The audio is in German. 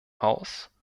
haus